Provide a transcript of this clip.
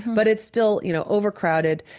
but it's still you know overcrowded.